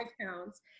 pounds